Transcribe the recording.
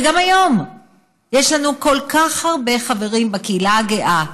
וגם היום יש לנו כל כך הרבה חברים בקהילה הגאה: